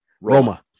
Roma